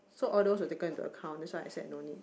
so all those were taken into account that's why I said no need